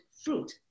fruit